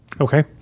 Okay